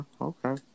okay